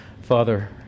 Father